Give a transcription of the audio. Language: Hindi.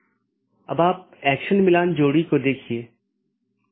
इसलिए जब ऐसी स्थिति का पता चलता है तो अधिसूचना संदेश पड़ोसी को भेज दिया जाता है